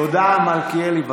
תודה, מלכיאלי.